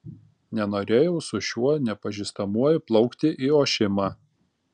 nenorėjau su šiuo nepažįstamuoju plaukti į ošimą